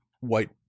white